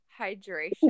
Hydration